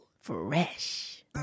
Fresh